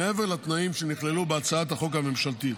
מעבר לתנאים שנכללו בהצעת החוק הממשלתית,